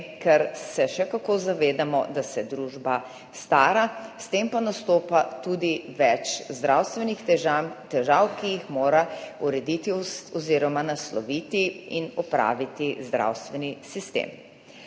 česar se še kako zavedamo – da se družba stara, s tem pa nastopa tudi več zdravstvenih težav, ki jih mora urediti oziroma nasloviti in opraviti zdravstveni sistem.